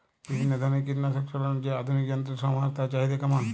বিভিন্ন ধরনের কীটনাশক ছড়ানোর যে আধুনিক যন্ত্রের সমাহার তার চাহিদা কেমন?